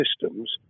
systems